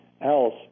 else